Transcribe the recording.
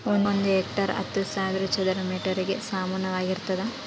ಒಂದು ಹೆಕ್ಟೇರ್ ಹತ್ತು ಸಾವಿರ ಚದರ ಮೇಟರ್ ಗೆ ಸಮಾನವಾಗಿರ್ತದ